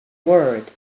word